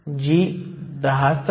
तर EFi ते Ev 0